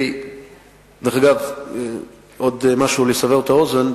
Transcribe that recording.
דרך אגב, עוד משהו לסבר את האוזן.